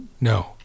No